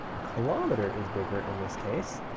a kilometer is bigger in this case.